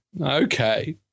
Okay